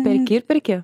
perki perki